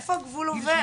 איפה הגבול עובר,